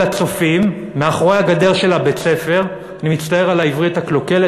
הצופים מאחורי הגדר של הבית-ספר" אני מצטער על העברית הקלוקלת,